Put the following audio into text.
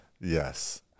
Yes